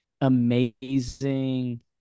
amazing